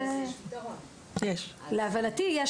להבנתי,